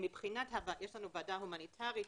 יש לנו ועדה הומניטרית,